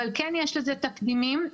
אבל יש לזה תקדימים.